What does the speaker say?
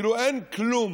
כאילו אין כלום,